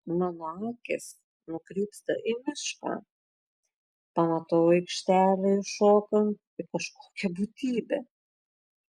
mano akys nukrypsta į mišką pamatau į aikštelę įšokant kažkokią būtybę